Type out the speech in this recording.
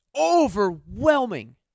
overwhelming